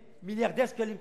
מיליארדי שקלים קיצוץ,